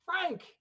Frank